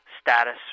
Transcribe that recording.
status